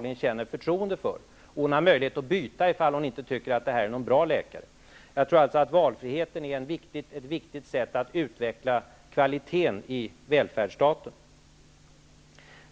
hon känner förtroende för honom och hon har möjlighet att byta om hon inte tycker att det är en bra läkare. Jag tror alltså att valfriheten är ett viktigt sätt att utveckla kvaliteten i välfärdsstaten.